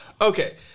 Okay